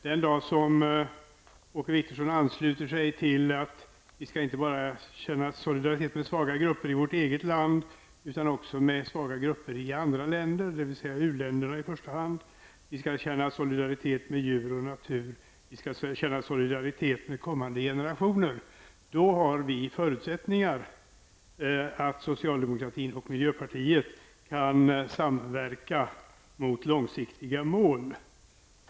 Den dag Åke Wictorsson ansluter sig till att vi inte bara skall känna solidaritet med svaga grupper i vårt eget land utan också med svaga grupper i andra länder, dvs. u-länderna i första hand, med djur och natur och med kommande generationer, då finns det förutsättningar för att socialdemokraterna och miljöpartiet kan samverka mot långsiktiga mål.